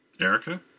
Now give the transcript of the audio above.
Erica